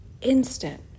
instant